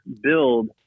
build